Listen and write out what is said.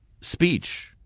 speech